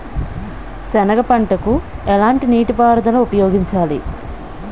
సెనగ పంటకు ఎలాంటి నీటిపారుదల ఉపయోగించాలి?